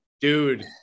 Dude